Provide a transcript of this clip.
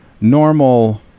normal